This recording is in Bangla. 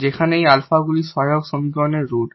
যেখানে এই আলফাগুলি অক্সিলিয়ারি সমীকরণের রুট